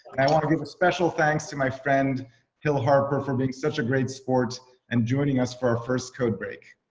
i want to give a special thanks to my friend hill harper for being such a great spot and joining us for our first code break.